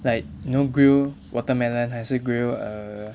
like you know grill watermelon 还是 grill err